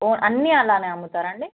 ఓ అన్నీ అలాగే అమ్ముతారా అండి